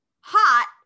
Hot